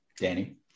Danny